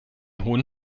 hohen